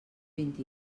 vint